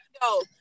go